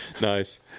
Nice